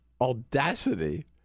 audacity